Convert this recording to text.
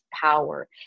power